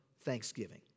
thanksgiving